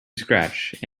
scratch